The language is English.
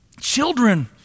Children